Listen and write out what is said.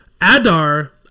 Adar